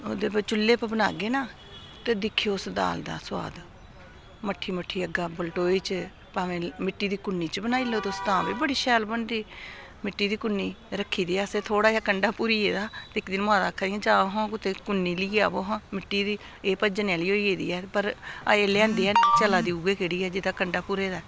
ओह्दे पर चुल्ले पर बनाह्गे ना ते दिक्खेओ उस दाल दा सोआद मट्ठी मुट्ठी अग्गा बलटोई च भामें मिट्टी दी कुन्नी च बनाई लैओ तुस तां बी बड़ी शैल बनदी मिट्टी दी कुन्नी रक्खी दी असें थोह्ड़ा जेहा कंढा भुरी गेदा इक दिन माता आक्खा दियां जा हां कुतै कुन्नी लेई आवो हां मिट्टी दी एह् भज्जने आह्ली होई गेदी ऐ पर अजें लेआंदे हैनी ऐ चला दी उ'ऐ केह्ड़ी ऐ जेह्दा कंढा भुरे दा ऐ